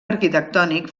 arquitectònic